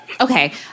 Okay